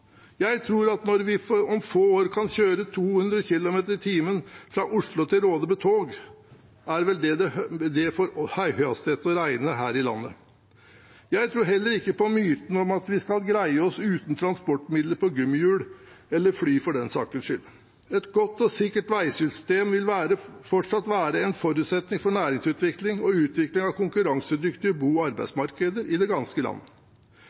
Jeg tror at når vi om få år kan kjøre i 200 km/t fra Oslo til Råde med tog, er vel det for høyhastighet å regne her til lands. Jeg tror heller ikke på myten om at vi skal greie oss uten transportmidler på gummihjul, eller fly, for den saks skyld. Et godt og sikkert veisystem vil fortsatt være en forutsetning for næringsutvikling og utvikling av konkurransedyktige bo- og arbeidsmarkeder i det ganske land.